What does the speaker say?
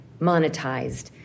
monetized